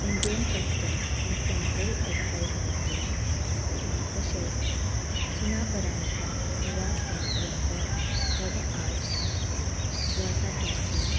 Indian customs and central excise museum तशेंच Sunaparanta Goa centre for for the arts जो आसा पणजीन